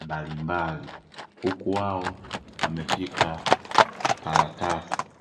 mbalimbali huku wao wameshika karatasi.